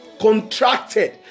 contracted